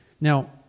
Now